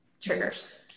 triggers